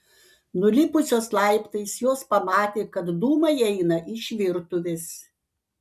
nulipusios laiptais jos pamatė kad dūmai eina iš virtuvės